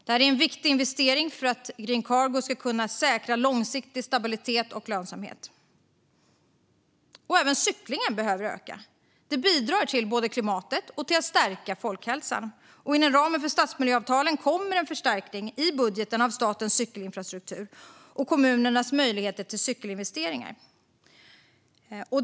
Det är en viktig investering för att Green Cargo ska kunna säkra långsiktig stabilitet och lönsamhet. Även cyklingen behöver öka. Den bidrar till klimatet och till att stärka folkhälsan. Inom ramen för stadsmiljöavtalen kommer en förstärkning i budgeten av statens cykelinfrastruktur och kommunernas möjligheter till cykelinvesteringar.